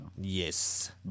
Yes